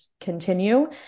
continue